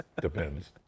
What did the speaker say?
Depends